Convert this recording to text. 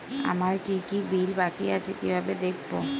আমার কি কি বিল বাকী আছে কিভাবে দেখবো?